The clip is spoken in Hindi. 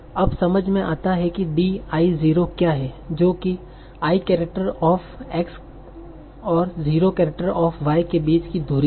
अब समझ में आता है कि D i 0 क्या है जोकि i केरैक्टर ऑफ़ X और 0 केरैक्टर ऑफ़ Y के बीच की दूरी है